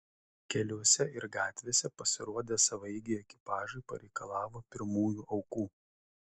keliuose ir gatvėse pasirodę savaeigiai ekipažai pareikalavo pirmųjų aukų